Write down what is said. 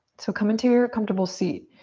so come into your comfortable seat.